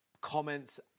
comments